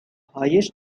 highest